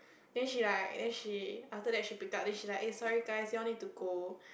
then she like then she after that she pick up then she like aye sorry guys you all need to go